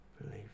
believe